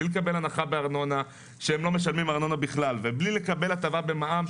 בלי לקבל הנחה בארנונה ובלי לקבל הטבה במע"מ,